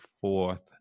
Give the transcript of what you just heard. fourth